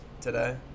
today